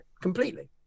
completely